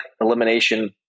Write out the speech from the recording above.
elimination